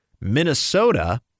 Minnesota